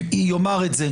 יאמר את זה.